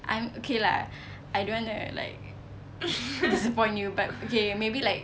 I'm okay lah I don't wanna like disappoint you but okay maybe like